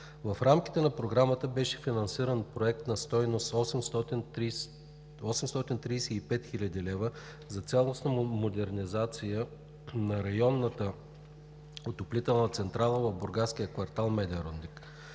В рамките на Програмата беше финансиран проект на стойност 835 хил. лв. за цялостна модернизация на Районната отоплителна централа в бургаския квартал „Меден рудник“.